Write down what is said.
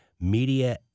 media